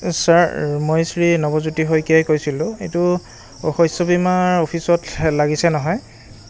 sir মই শ্ৰী নৱজ্যোতি শইকীয়াই কৈছিলোঁ এইটো অ শস্য বীমাৰ অফিচত লাগিছে নহয়